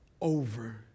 over